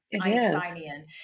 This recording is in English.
Einsteinian